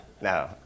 No